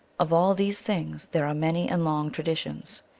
of all these things there are many and long traditions.